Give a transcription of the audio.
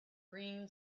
green